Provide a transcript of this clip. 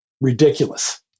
Ridiculous